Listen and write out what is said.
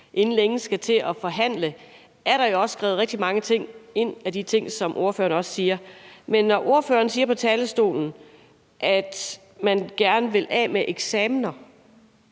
inden længe skal til at forhandle, er der jo også skrevet rigtig mange af de ting, som ordføreren også siger, ind. Men når ordføreren på talerstolen siger, at man gerne vil af med eksamener,